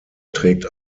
trägt